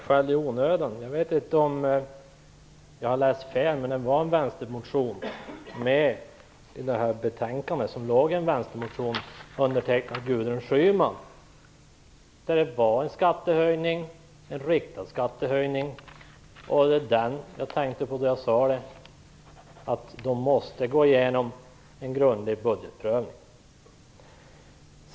Herr talman! Om det var skäll i onödan vet jag inte. Det var en vänstermotion, undertecknad Gudrun Schyman, med bland dem som behandlas i betänkandet, och i den föreslogs en riktad skattehöjning. Det var den jag tänkte på när jag sade att förslagen måste gå igenom en grundlig budgetprövning.